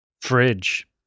Fridge